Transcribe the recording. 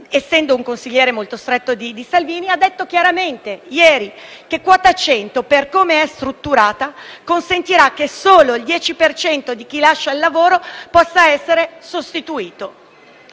essendo un consigliere molto stretto di Salvini - ha detto chiaramente ieri che con quota 100, per come è strutturata, solo il 10 per cento di chi lascia il lavoro potrà essere sostituito.